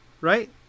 right